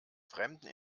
fremden